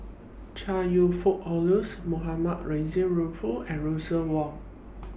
Chong YOU Fook Charles Mohamed Rozani Maarof and Russel Wong